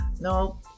No